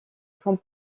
font